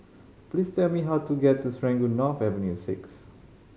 please tell me how to get to Serangoon North Avenue Six